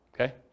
Okay